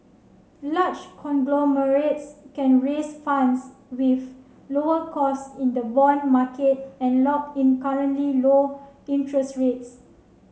large conglomerates can raise funds with lower cost in the bond market and lock in currently low interest rates